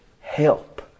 help